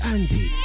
Andy